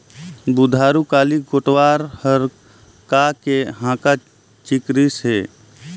बुधारू काली कोटवार हर का के हाँका चिकरिस हे?